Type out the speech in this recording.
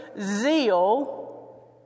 zeal